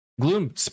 Gloom